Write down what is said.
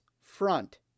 front